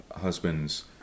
husbands